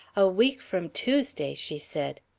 a week from tuesday, she said.